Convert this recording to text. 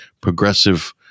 progressive